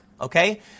okay